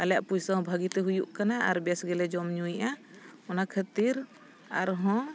ᱟᱞᱮᱭᱟᱜ ᱯᱚᱭᱥᱟ ᱦᱚᱸ ᱵᱷᱟᱹᱜᱤ ᱛᱮ ᱦᱩᱭᱩᱜ ᱠᱟᱱᱟ ᱟᱨ ᱵᱮᱥ ᱜᱮᱞᱮ ᱡᱚᱢ ᱧᱩᱭᱮᱜᱼᱟ ᱚᱱᱟ ᱠᱷᱟᱹᱛᱤᱨ ᱟᱨᱦᱚᱸ